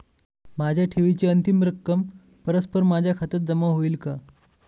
माझ्या ठेवीची अंतिम रक्कम परस्पर माझ्या खात्यात जमा होईल का?